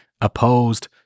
opposed